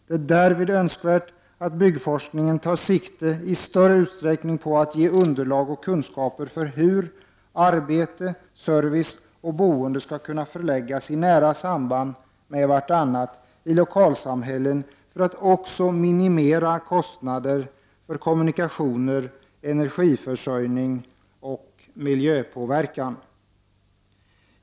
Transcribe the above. Det är därvid önskvärt att byggnadsforskningen tar sikte i större utsträckning på att ge underlag och kunskaper för hur arbete, service och boende skall kunna förläggas i nära samband med varandra i lokalsamhällen för att också minimera kostnader för kommunikationer, energiförsörjning och miljöpåverkan.